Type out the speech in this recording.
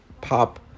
pop